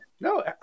no